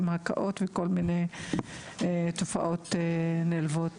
עם הקאות וכל מיני תופעות נלוות.